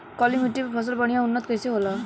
काली मिट्टी पर फसल बढ़िया उन्नत कैसे होला?